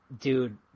Dude